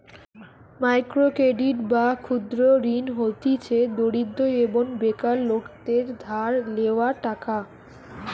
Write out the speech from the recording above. micro credit বা ক্ষুদ্র ঋণ হতিছে দরিদ্র এবং বেকার লোকদের ধার লেওয়া টাকা